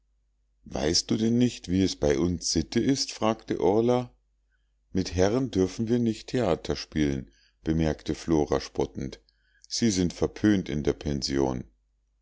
weißt du denn nicht wie es bei uns sitte ist fragte orla mit herren dürfen wir nicht theater spielen bemerkte flora spottend sie sind verpönt in der pension